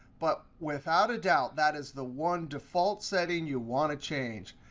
but without a doubt, that is the one default setting you want to change.